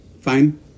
fine